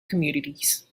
communities